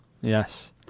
Yes